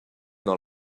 dans